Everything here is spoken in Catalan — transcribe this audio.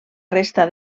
resta